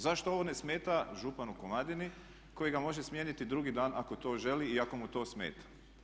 Zašto ovo ne smeta županu Komadini koji ga može smijeniti drugi dan ako to želi i ako mu to smeta.